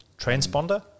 Transponder